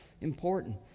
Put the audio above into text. important